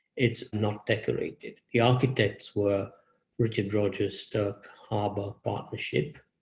it's not decorated. the architects were richard rodgers stirk harbor partnership.